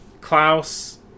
Klaus